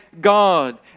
God